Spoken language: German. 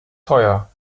teuer